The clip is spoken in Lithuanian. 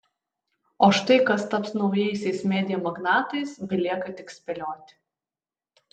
o štai kas taps naujaisiais media magnatais belieka tik spėlioti